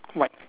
what